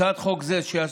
הצעת חוק זו,